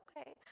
okay